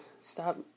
Stop